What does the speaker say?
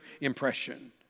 impression